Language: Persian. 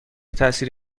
تاثیر